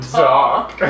talk